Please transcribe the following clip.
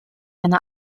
eine